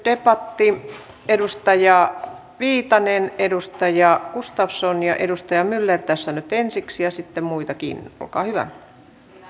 debatti edustaja viitanen edustaja gustafsson ja edustaja myller tässä nyt ensiksi ja sitten muitakin olkaa hyvä arvoisa